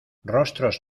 rostros